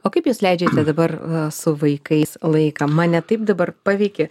o kaip jūs leidžiate dabar su vaikais laiką mane taip dabar paveikė